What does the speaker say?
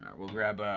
we'll grab,